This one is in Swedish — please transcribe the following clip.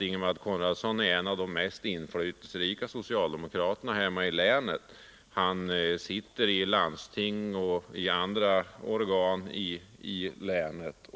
Ingemar Konradsson är en av de mest inflytelserika socialdemokraterna hemma i länet — han sitter i landstinget och i andra organ i länet.